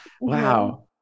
wow